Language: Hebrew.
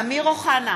אמיר אוחנה,